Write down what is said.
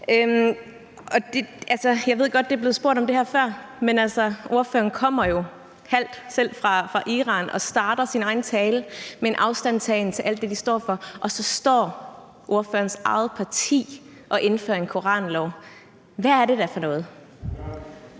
Jeg ved godt, der er blevet spurgt om det her før, men ordføreren er jo selv halvt fra Iran og starter sin egen tale med en afstandtagen til alt det, de står for, og så står ordførerens eget parti og indfører en koranlov. Hvad er det da for noget?